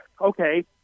Okay